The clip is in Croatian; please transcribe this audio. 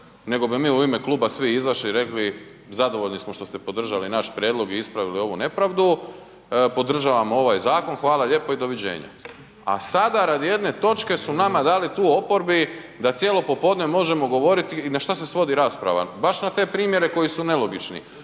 nego bi mi u ime kluba svi izašli i rekli zadovoljni smo što ste podržali naš prijedlog i ispravili ovu nepravdu, podržavamo ovaj zakon, hvala lijepo i doviđenja. A sada radi jedne točke su nama dali tu u oporbi da cijelo popodne možemo govoriti i na što se svodi rasprava? Baš na te primjere koji su nelogični.